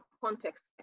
context